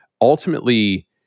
ultimately